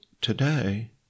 today